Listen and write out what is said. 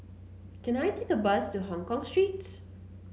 can I take a bus to Hongkong Street